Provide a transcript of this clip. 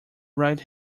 right